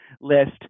list –